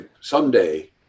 someday